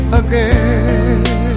again